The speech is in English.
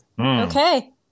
okay